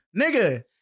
Nigga